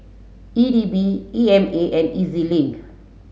E D B E M A and E Z Link